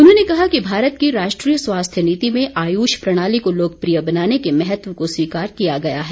उन्होंने कहा कि भारत की राष्ट्रीय स्वास्थ्य नीति में आयुष प्रणाली को लोकप्रिय बनाने के महत्व को स्वीकार किया गया है